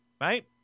Right